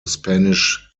spanish